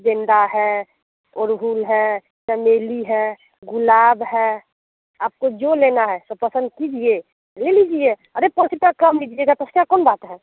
गेंदा है अड़उल है चमेली है गुलाब है आपको जो लेना है सो पसंद कीजिए ले लीजिए अरे पाँच रुपया कम दीजिएगा तो उसका कौन बात है